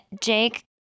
Jake